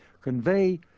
convey